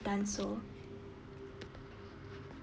done so